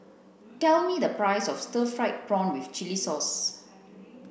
tell me the price of stir fried prawn with chili sauce